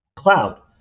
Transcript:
Cloud